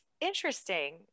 interesting